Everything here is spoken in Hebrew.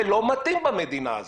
זה לא מתאים במדינה הזאת.